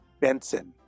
Benson